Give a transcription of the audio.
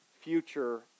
future